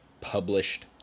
published